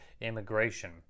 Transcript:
immigration